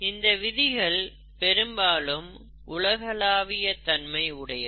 இந்த விதிகள் பெரும்பாலும் உலகளாவிய தன்மை உடையது